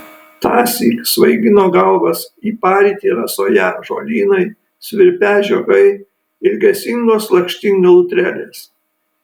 tąsyk svaigino galvas į parytį rasoją žolynai svirpią žiogai ilgesingos lakštingalų trelės